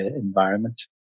environment